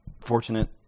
Fortunate